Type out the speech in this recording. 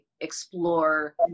explore